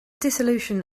dissolution